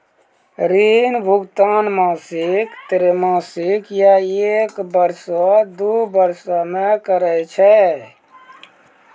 ऋण भुगतान मासिक, त्रैमासिक, या एक बरसो, दु बरसो मे करै छै